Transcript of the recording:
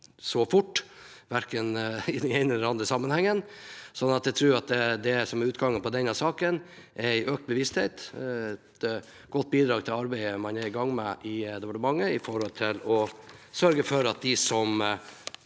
så fort, verken i den ene eller den andre sammenhengen. Jeg tror at det som er utgangen på denne saken, er økt bevissthet. Det er et godt bidrag til arbeidet man er i gang med i departementet når det gjelder å sørge for at de som